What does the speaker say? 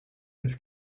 his